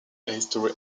history